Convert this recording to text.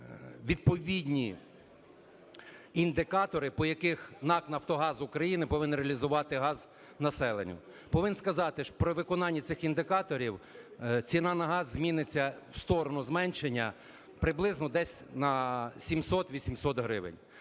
відповідні індикатори, по яких НАК "Нафтогаз України" повинен реалізувати газ населенню. Повинен сказати при виконанні цих індикаторів ціна на газ зміниться в сторону зменшення приблизно десь на 700-800 гривень.